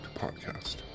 Podcast